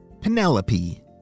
Penelope